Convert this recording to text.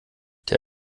der